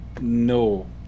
No